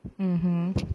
mmhmm